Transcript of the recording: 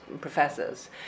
professors